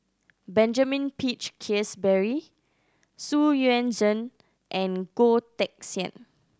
Benjamin Peach Keasberry Xu Yuan Zhen and Goh Teck Sian